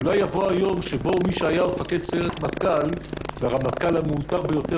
אולי יבוא יום שבו מי שהיה מפקד סיירת מטכ"ל והרמטכ"ל המעוטר ביותר